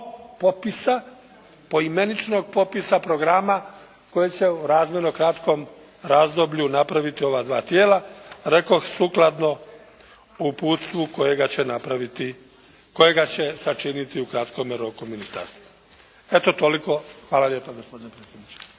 popisa, poimeničnog popisa programa koje će u razmjerno kratkom razdoblju napraviti ova dva tijela, rekoh sukladno uputstvu kojega će napraviti, kojega će sačiniti u kratkome roku ministarstvo. Eto toliko. Hvala lijepa gospodine predsjedniče.